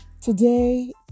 Today